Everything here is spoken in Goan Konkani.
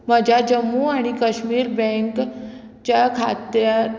म्हज्या जम्मू आनी कश्मीर बँकच्या खात्यांत